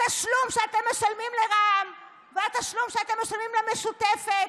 התשלום שאתם משלמים לרע"מ והתשלום שאתם משלמים למשותפת,